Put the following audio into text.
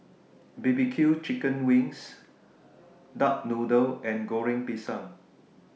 B B Q Chicken Wings Duck Noodle and Goreng Pisang